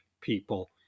people